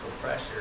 pressure